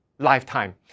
lifetime